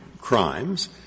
crimes